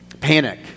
panic